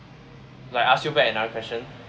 like ask you back another question